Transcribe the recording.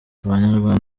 abanyarwenya